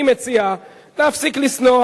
אני מציע להפסיק לשנוא.